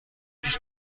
هیچ